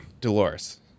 Dolores